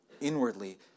inwardly